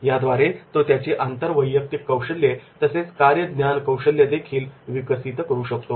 याद्वारे तो त्याची आंतरवैयक्तिक कौशल्ये तसेच कार्य ज्ञान कौशल्य देखील विकसित करू शकतो